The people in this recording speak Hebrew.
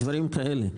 דברים כאלה.